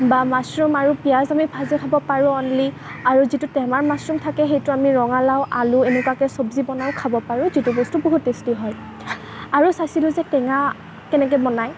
বা মাচৰুম আৰু পিয়াঁজ আমি ভাজি খাব পাৰোঁ অন্লি আৰু যিটো টেঙা মাচৰুম থাকে সেইটো আমি ৰঙালাও আলু এনেকুৱাকৈ চব্জি বনাইও খাব পাৰোঁ যিটো বস্তু বহুত টেষ্টি হয় আৰু চাইছিলোঁ যে টেঙা কেনেকৈ বনায়